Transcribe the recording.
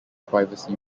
privacy